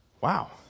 Wow